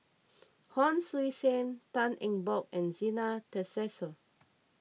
Hon Sui Sen Tan Eng Bock and Zena Tessensohn